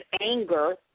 anger